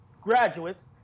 graduates